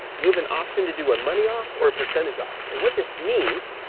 you have an option to do a money off or a percentage off, and what this means.